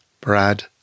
Brad